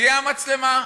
תהיה המצלמה,